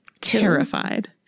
terrified